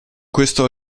questo